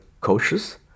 cautious